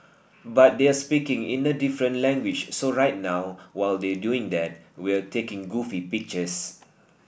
but they're speaking in a different language so right now while they're doing that we're taking goofy pictures